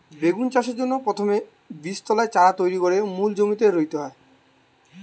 বেগুন চাষের জন্যে প্রথমে বীজতলায় চারা তৈরি কোরে মূল জমিতে রুইতে হয়